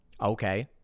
Okay